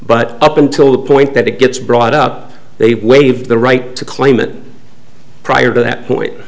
but up until the point that it gets brought up they waived the right to claim it prior to that point